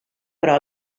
però